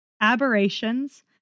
Aberrations